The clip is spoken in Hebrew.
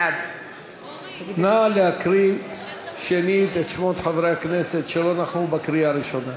בעד נא להקריא שנית את שמות חברי הכנסת שלא נכחו בקריאה הראשונה.